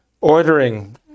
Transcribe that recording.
ordering